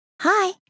Hi